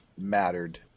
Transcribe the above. mattered